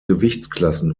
gewichtsklassen